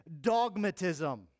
dogmatism